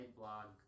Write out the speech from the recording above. blog